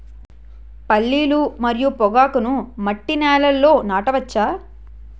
పల్లీలు మరియు పొగాకును మట్టి నేలల్లో నాట వచ్చా?